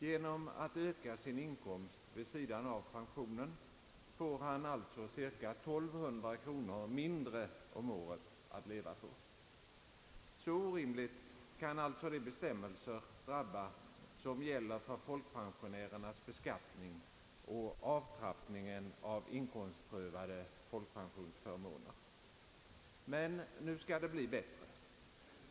Genom att öka sin inkomst vid sidan av pensionen får han alltså cirka 1200 kronor mindre om året att leva på. Så orimligt kan de bestämmelser drabba som gäller för folkpensionärernas beskattning och avtrappningen av inkomstprövade folkpensionsförmåner. Men nu skall det bli bättre.